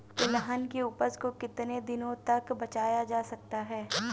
तिलहन की उपज को कितनी दिनों तक बचाया जा सकता है?